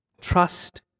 Trust